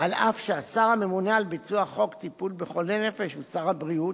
אף שהשר הממונה על ביצוע חוק טיפול בחולי נפש הוא שר הבריאות,